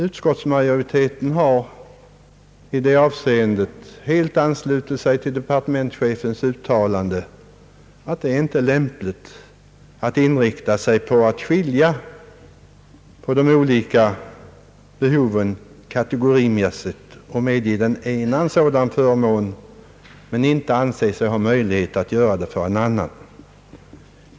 Utskottsmajoriteten har i det avseendet helt anslutit sig till departementschefens uttalande att det inte är lämpligt att inrikta sig på att skilja de olika behoven kategorimässigt och medge den ene en förmån som man inte anser sig ha möjlighet att ge den andre.